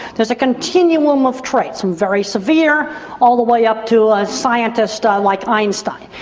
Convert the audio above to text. there is a continuum of traits, from very severe all the way up to a scientist ah like einstein.